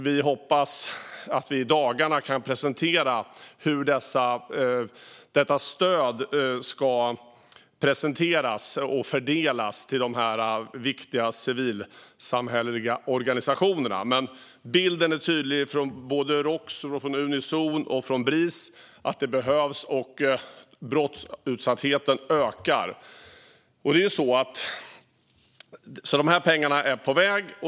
Vi hoppas att vi i dagarna kommer att kunna presentera hur detta stöd ska fördelas till de viktiga civilsamhälleliga organisationerna. Bilden från såväl Roks och Unizon som Bris är tydlig: Det behövs, och brottsutsattheten ökar. Pengarna är på väg.